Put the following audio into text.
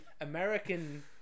American